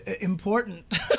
important